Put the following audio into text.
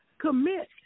commit